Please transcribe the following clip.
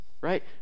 Right